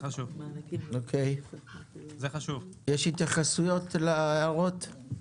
יש התייחסות להערות?